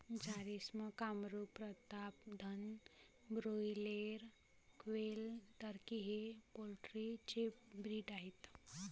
Jharsim, Kamrup, Pratapdhan, broiler, quail, turkey हे poultry चे breed आहेत